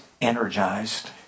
energized